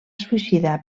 suïcidar